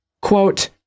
quote